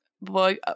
boy